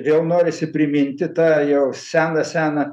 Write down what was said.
vėl norisi priminti tą jau seną seną